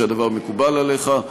שהדבר מקובל עליך,